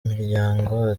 miryango